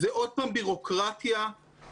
זה עוד פעם ביורוקרטיה מטורפת.